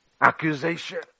accusation